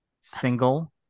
single